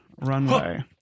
Runway